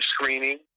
screening